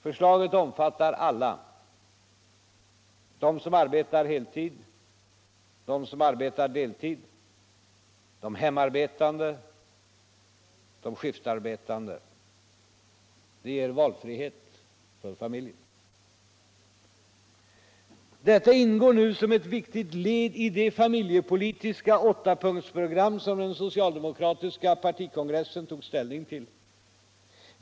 Förslaget omfattar alla: dem som arbetar heltid, dem som arbetar deltid, de hemarbetande, de skiftarbetande. Det ger valfrihet för familjen. Detta ingår nu som ett viktigt led i det familjepolitiska åttapunktsprogram som den socialdemokratiska partikongressen tog ställning till.